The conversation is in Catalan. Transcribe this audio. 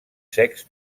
secs